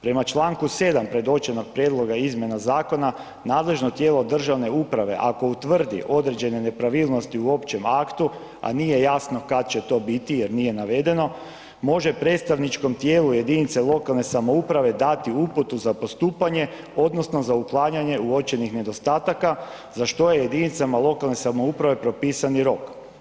Prema čl. 7 predočenog prijedloga izmjena zakona, nadležno tijelo državne uprave, ako utvrdi određene nepravilnosti u općem aktu, a nije jasno kad će to biti jer nije navedeno, može predstavničkom tijelu jedinice lokalne samouprave dati uputu za postupanje odnosno za uklanjanje uočenih nedostataka za što jedinicama lokalne samouprave propisani rok.